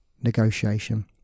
negotiation